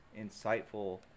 insightful